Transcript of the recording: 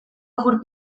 egur